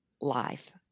life